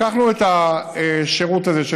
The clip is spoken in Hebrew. לקחנו את השירות הזה,